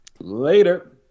Later